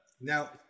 now